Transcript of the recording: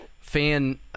fan